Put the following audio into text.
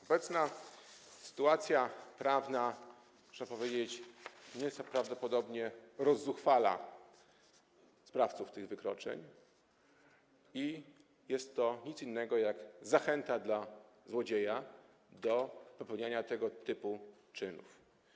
Obecna sytuacja prawna, muszę powiedzieć, prawdopodobnie nieco rozzuchwala sprawców tych wykroczeń i jest to nic innego jak zachęta dla złodzieja do popełniania tego typu czynów.